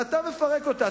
ואתה מפרק אותה.